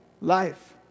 life